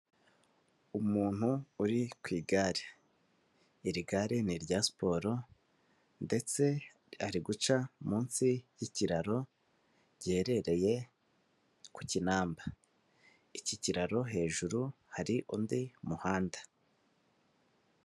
Umuntu uri ku igare, iri gare ni irya siporo ndetse ari guca munsi y'ikiraro giherereye ku Kinamba, iki kiraro hejuru hari undi muhanda.